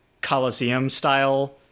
Coliseum-style